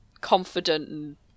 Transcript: confident